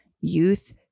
youth